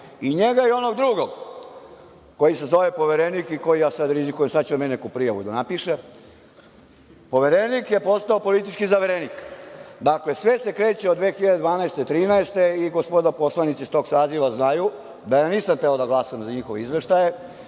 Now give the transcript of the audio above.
i njega i onog drugog, koji se zove Poverenik koji, sad rizikujem, će sad meni neku prijavu da napiše? Poverenik je postao politički zaverenik. Dakle, sve se kreće od 2012, 2013. godine i gospoda poslanici iz tog saziva znaju da nisam hteo da glasam za njihove izveštaje